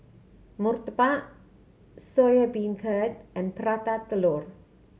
murtabak Soya Beancurd and Prata Telur